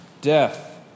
Death